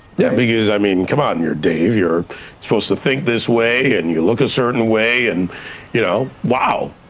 yeah, because, i mean come on, you're dave. you're supposed to think this way and you look a certain way, and you know wow!